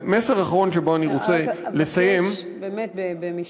ומסר אחרון, שבו אני רוצה לסיים, אבקש באמת במשפט,